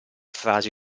frasi